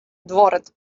duorret